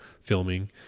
filming